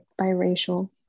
biracial